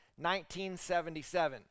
1977